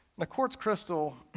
the quartz crystal,